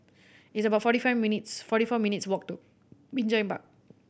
it's about forty five minutes forty four minutes' walk to Binjai Park